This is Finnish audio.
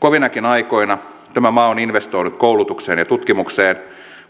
kovinakin aikoina tämä maa on investoinut koulutukseen ja tutkimukseen